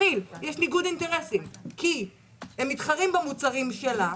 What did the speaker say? לכי"ל יש ניגוד אינטרסים כי הם מתחרים במוצרים שלה,